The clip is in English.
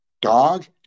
dog